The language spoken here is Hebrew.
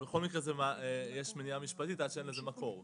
אבל בכל מקרה יש מניעה משפטית עד שאין לזה מקור,